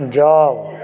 जाउ